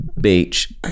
beach